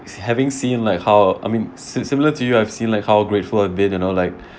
having seen like how I mean sim~ similar to you I've seen like how grateful I've been and all like